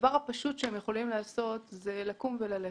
הדבר הפשוט שהם יכולים לעשות זה לקום וללכת,